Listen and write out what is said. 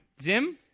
Zim